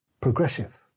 Progressive